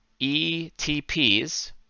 ETPs